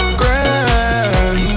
grand